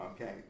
Okay